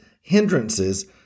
hindrances